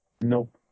Nope